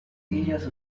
areas